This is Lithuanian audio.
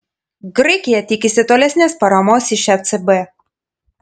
graikija tikisi tolesnės paramos iš ecb